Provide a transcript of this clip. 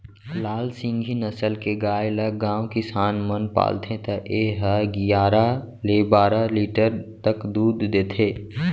लाल सिंघी नसल के गाय ल गॉँव किसान मन पालथे त ए ह गियारा ले बारा लीटर तक दूद देथे